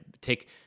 take